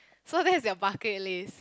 so that's your bucket list